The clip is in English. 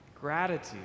Gratitude